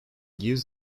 gives